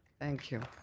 thank you.